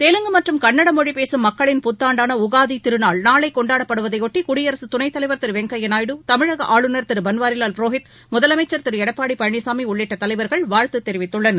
தெலுங்கு மற்றும் கன்னடம் மொழி பேசும் மக்களின் புத்தாண்டான உகாதி திருநாள் நாளை கொண்டாடப்படுவதையொட்டி குடியரத் துணைத் தலைவர் திரு வெங்கய்யா நாயுடு தமிழக ஆளுநர் திரு பன்வாரிலால் புரோஹித் முதலமைச்சர் திரு எடப்பாடி பழனிசாமி உள்ளிட்ட தலைவர்கள் வாழ்த்து தெரிவித்துள்ளனர்